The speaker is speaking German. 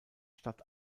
stadt